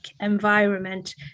environment